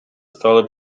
стали